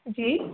जी